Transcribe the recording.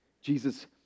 Jesus